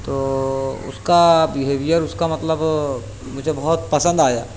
تو اس کا بیہیویر اس کا مطلب مجھے بہت پسند آیا